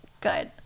Good